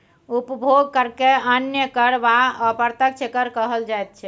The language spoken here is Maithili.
उपभोग करकेँ अन्य कर वा अप्रत्यक्ष कर कहल जाइत छै